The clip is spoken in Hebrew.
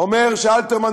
אומר שאלתרמן,